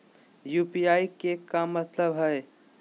UPI के का मतलब हई?